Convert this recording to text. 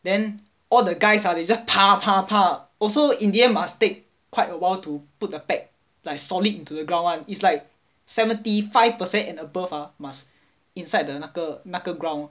then all the guys ah they just also in the end must take quite awhile to put the peg like solid into the ground one is like seventy five percent and above ah must inside the 那个 ground